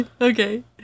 Okay